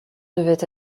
devait